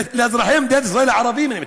לאזרחי מדינת ישראל הערבים, אני מתכוון.